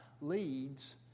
leads